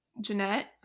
Jeanette